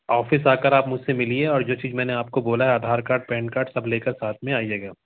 office आ कर आप मुझ से मिलिए और जो चीज़ मैंने आपको बोला है आधार कार्ड पैन कार्ड सब ले कर साथ में आइएगा